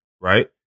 right